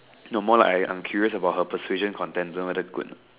no more like I'm I'm curious about her persuasion Content don't know whether good not